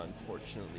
Unfortunately